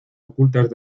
ocultas